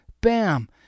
bam